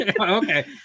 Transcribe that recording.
Okay